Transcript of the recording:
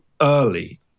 early